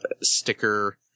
sticker